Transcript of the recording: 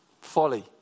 Folly